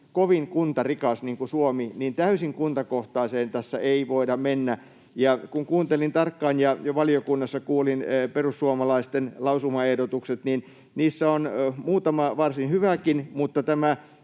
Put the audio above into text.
kovin kuntarikas, niin kuin Suomi, niin täysin kuntakohtaiseen tässä ei voida mennä. Kun kuuntelin tarkkaan ja valiokunnassa kuulin perussuomalaisten lausumaehdotukset, niin niissä on muutama varsin hyväkin, mutta tämä